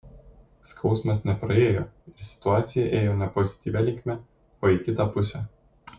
skausmas nepraėjo ir situacija ėjo ne pozityvia linkme o į kitą pusę